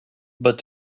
but